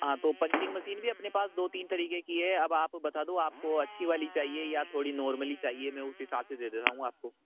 हाँ तो punching machine भी अपने पास दो तीन तरीके की है अब आप बता दो आपको अच्छी वाली चाहिए या थोड़ी नॉर्मल ही चाहिए मैं उस हिसाब से दे देता हूँ आपको